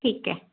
ठीक आहे